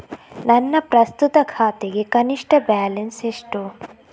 ನನ್ನ ಪ್ರಸ್ತುತ ಖಾತೆಗೆ ಕನಿಷ್ಠ ಬ್ಯಾಲೆನ್ಸ್ ಎಷ್ಟು?